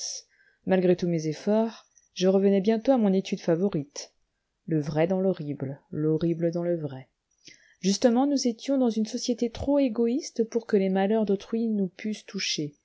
malgré tous mes efforts je revenais bientôt à mon étude favorite le vrai dans l'horrible l'horrible dans le vrai justement nous étions dans une société trop égoïste pour que les malheurs d'autrui nous pussent toucher